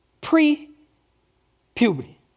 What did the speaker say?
pre-puberty